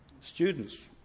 students